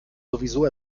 sowieso